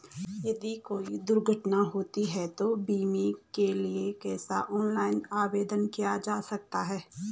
यदि कोई दुर्घटना होती है तो बीमे के लिए कैसे ऑनलाइन आवेदन किया जा सकता है?